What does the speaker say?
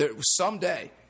someday